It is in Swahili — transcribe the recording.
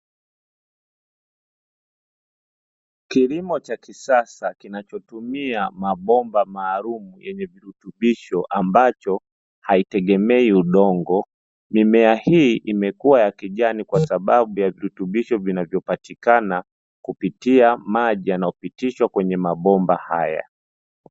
Kilimo cha kisasa kinachotumia mabomba maalum yenye virutubisho ambacho haitegemei udongo, mimea hii imekuwa ya kijani kwa sababu ya virutubisho vinavyopatikana kupitia maji yanayopitishwa kwenye mabomba haya.